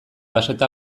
pasatu